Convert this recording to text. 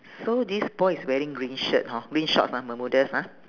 so this boy is wearing green shirt hor green shorts ha bermudas ha